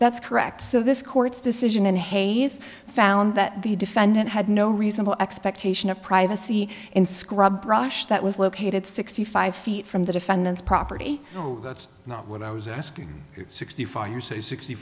that's correct so this court's decision in hayes found that the defendant had no reasonable expectation of privacy in scrub brush that was located sixty five feet from the defendant's property no that's not what i was asking sixty four you say sixty